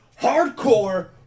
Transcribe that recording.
hardcore